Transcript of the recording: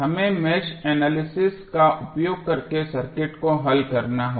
हमें mesh analysis का उपयोग करके सर्किट को हल करना होगा